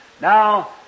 Now